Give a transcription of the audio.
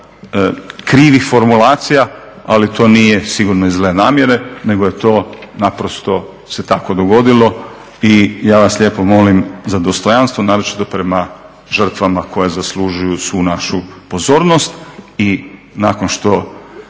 krivih formulacija, ali to nije sigurno iz zle namjere, nego je to naprosto se tako dogodilo i ja vas lijepo molim za dostojanstvo, naročito prema žrtvama koje zaslužuju svu našu pozornost i nakon što